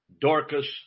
Dorcas